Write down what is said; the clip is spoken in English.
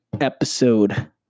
episode